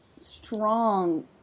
strong